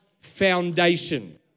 foundation